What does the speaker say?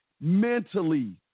mentally